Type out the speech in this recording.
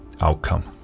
outcome